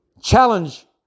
challenge